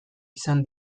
izan